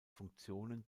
funktionen